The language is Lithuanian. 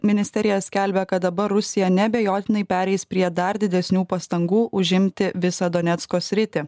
ministerija skelbia kad dabar rusija neabejotinai pereis prie dar didesnių pastangų užimti visą donecko sritį